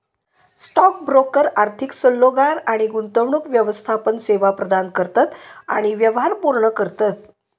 stock broker आर्थिक सल्लोगार आणि गुंतवणूक व्यवस्थापन सेवा प्रदान करतत आणि व्यवहार पूर्ण करतत